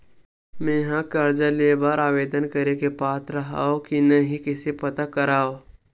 मेंहा कर्जा ले बर आवेदन करे के पात्र हव की नहीं कइसे पता करव?